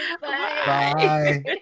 Bye